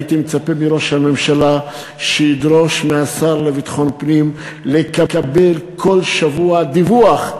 הייתי מצפה מראש הממשלה שידרוש מהשר לביטחון פנים לקבל כל שבוע דיווח,